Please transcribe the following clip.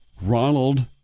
Ronald